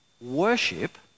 worship